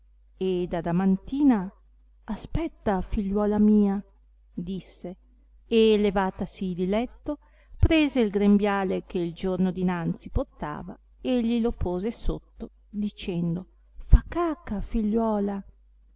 mamma mia ed adamantina aspetta figliuola mia disse e levatasi di letto prese il grembiale che il giorno dinanzi portava e glielo pose sotto dicendo fa caca figliuola